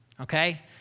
okay